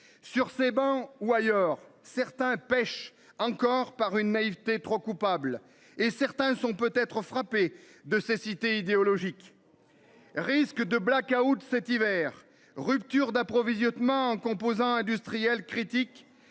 sur ces bancs ou ailleurs certains pêche encore par une naïveté trop coupable et certains sont peut être frappée de cécité idéologique. Risque de black-out cet hiver. Rupture d'approvisionnement en composants industriels critique